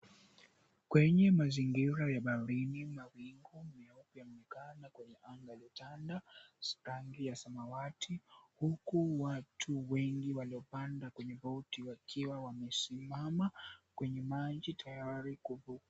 Kwenye mazingira ya baharini mawingu meupe yanaonekana kwenye anga yaliyotanda yenye rangi ya samawati huku watu wengi waliopanda kwenye boti wamesimama tayari kuvuka.